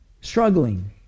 struggling